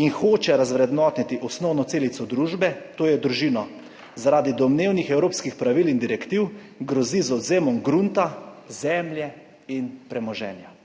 in hoče razvrednotiti osnovno celico družbe, to je družino, zaradi domnevnih evropskih pravil in direktiv grozi z odvzemom grunta, zemlje in premoženja.